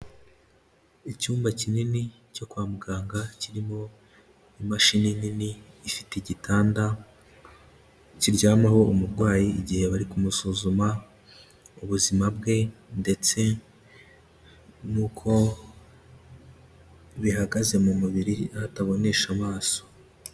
Icyumba kinini cyo kwa muganga, kirimo imashini nini ifite igitanda kiryamaho umurwayi igihe bari kumusuzuma, ubuzima bwe ndetse n'uko bihagaze mu mubiri aho atabonesha amaso.